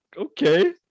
okay